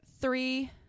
three